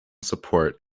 support